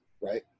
right